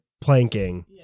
planking